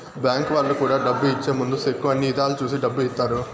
bank వాళ్ళు కూడా డబ్బు ఇచ్చే ముందు సెక్కు అన్ని ఇధాల చూసి డబ్బు ఇత్తారు